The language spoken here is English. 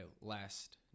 last